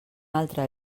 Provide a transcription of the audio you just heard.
altre